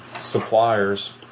suppliers